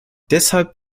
deshalb